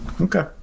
Okay